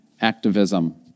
activism